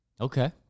Okay